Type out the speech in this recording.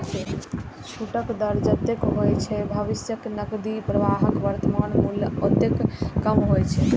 छूटक दर जतेक होइ छै, भविष्यक नकदी प्रवाहक वर्तमान मूल्य ओतबे कम होइ छै